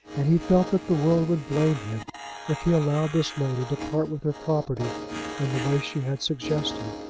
and he felt that the world would blame him if he allowed this lady to part with her property in the way she had suggested.